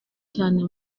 cyane